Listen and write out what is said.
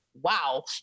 wow